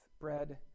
bread